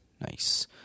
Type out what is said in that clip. Nice